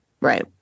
Right